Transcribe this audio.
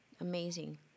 Amazing